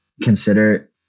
consider